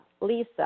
Lisa